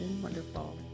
wonderful